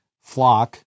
flock